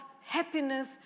Happiness